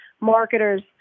marketers